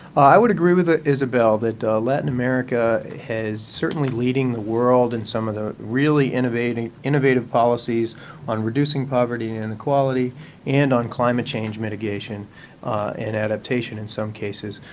i would agree with isabel that latin america is certainly leading the world in some of the really innovative innovative policies on reducing poverty and inequality and on climate change mitigation and adaptation in some cases.